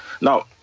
Now